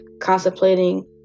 contemplating